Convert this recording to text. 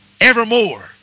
evermore